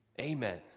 Amen